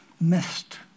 missed